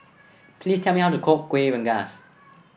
please tell me how to cook Kuih Rengas